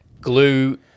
Glue